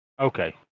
Okay